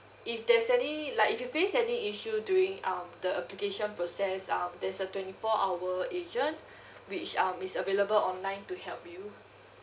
if there's any like if you face any issue during um the application process um there's a twenty four hour agent which um is available online to help you